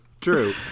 true